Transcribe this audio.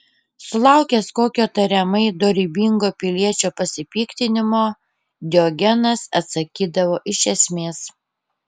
sulaukęs kokio tariamai dorybingo piliečio pasipiktinimo diogenas atsakydavo iš esmės